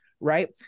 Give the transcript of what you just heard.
right